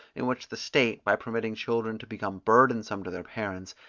in which the state, by permitting children to become burdensome to their parents,